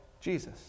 Jesus